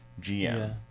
GM